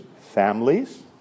families